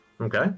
Okay